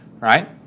right